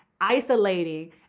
isolating